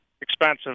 expensive